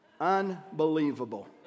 Unbelievable